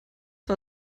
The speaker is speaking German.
war